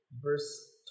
verse